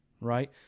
right